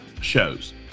shows